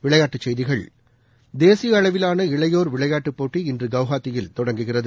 விளையாட்டுச் செய்திகள் தேசிய அளவிலான இளையோர் விளையாட்டுப் போட்டி இன்று கவுஹாத்தியில் தொடங்குகிறது